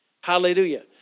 Hallelujah